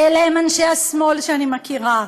אלה הם אנשי השמאל שאני מכירה,